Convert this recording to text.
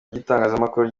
ry’itangazamakuru